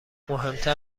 مهمتر